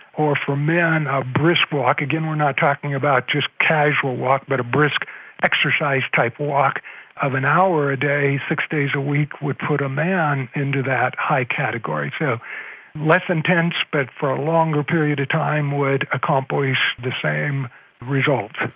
or for men in a brisk walk, again, we're not talking about just a casual walk, but a brisk exercise type walk of an hour a day, six days a week would put a man into that high category. so less intense but for a longer period of time would accomplish the same result.